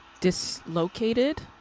dislocated